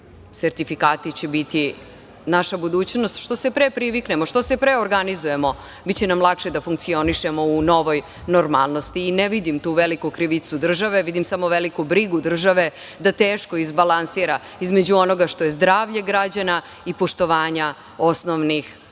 sertifikati će biti naša budućnost. Što se pre priviknemo, što se pre organizujemo, biće nam lakše da funkcionišemo u novoj normalnosti. I ne vidim tu veliku krivicu države, vidim samo veliku brigu države da teško izbalansira između onoga što je zdravlje građana i poštovanja osnovnih